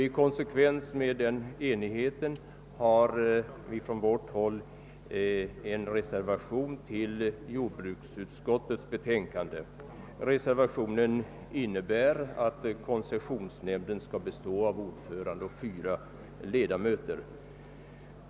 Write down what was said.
I konsekvens med denna enighet har vi från vårt håll medverkat till en reservation till jordbruksutskottets utlåtande. Reservationen innebär att koncessionsnämnden skall bestå av ord förande och fyra ledamöter.